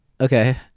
Okay